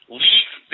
leave